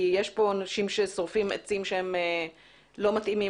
כי יש פה אנשים ששורפים עצים שלא מתאימים